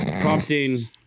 Prompting